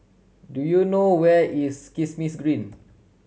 do you know where is Kismis Green